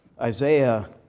Isaiah